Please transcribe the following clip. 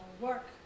work